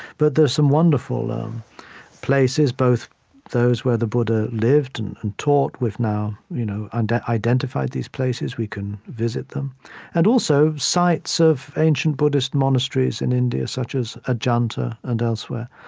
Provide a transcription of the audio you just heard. but there's some wonderful um places, both those where the buddha lived and and taught we've now you know and identified these places we can visit them and, also, sites of ancient buddhist monasteries in india, such as ajanta, and elsewhere.